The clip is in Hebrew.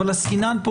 אבל עסקינן פה